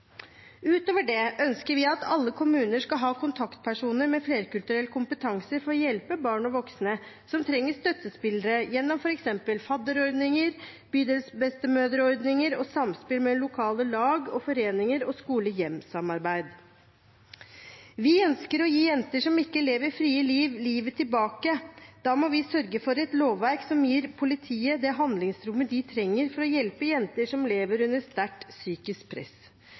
Utover det ønsker vi at alle kommuner skal ha kontaktpersoner med flerkulturell kompetanse for å hjelpe barn og voksne som trenger støttespillere gjennom f.eks. fadderordninger, bydelsbestemødreordninger, samspill med lokale lag og foreninger og skole–hjem-samarbeid. Vi ønsker å gi jenter som ikke lever et fritt liv, livet tilbake. Da må vi sørge for et lovverk som gir politiet det handlingsrommet de trenger for å hjelpe jenter som lever under sterkt psykisk press.